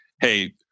hey